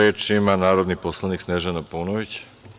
Reč ima narodni poslanik Snežana Paunović.